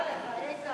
ההצעה להעביר את